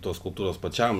tos skulptūros pačiam